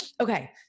Okay